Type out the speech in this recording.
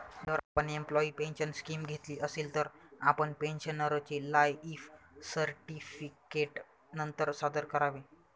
जर आपण employee pension scheme घेतली असेल, तर आपण पेन्शनरचे लाइफ सर्टिफिकेट नंतर सादर करावे